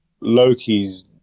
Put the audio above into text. Loki's